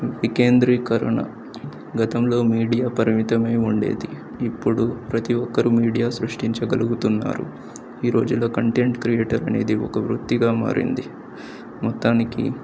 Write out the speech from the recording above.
వికేంద్రీకరణ గతంలో మీడియా పరిమితమే ఉండేది ఇప్పుడు ప్రతి ఒక్కరు మీడియా సృష్టించగలుగుతున్నారు ఈ రోజులో కంటెంట్ క్రియేటర్ అనేది ఒక వృత్తిగా మారింది మొత్తానికి